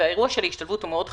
והאירוע של ההשתלבות הוא מאוד חשוב,